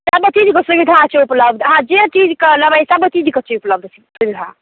सभ चीजके सुविधा छै उपलब्ध अहाँ जे चीजके लेबै सभ चीजके छै उपलब्ध सुविधा